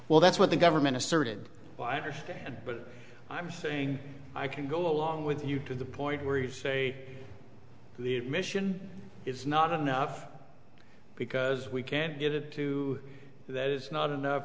well that's what the government asserted well i understand but i'm saying i can go along with you to the point where you say the admission is not enough because we can't get it to that it's not enough